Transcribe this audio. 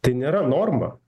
tai nėra norma